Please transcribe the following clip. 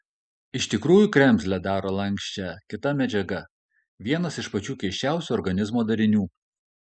iš tikrųjų kremzlę daro lanksčią kita medžiaga vienas iš pačių keisčiausių organizmo darinių